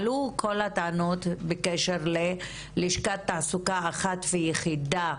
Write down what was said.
עלו כל הטענות בקשר ללשכת התעסוקה אחת ויחידה